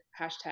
hashtag